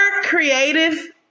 creative